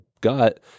gut